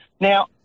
Now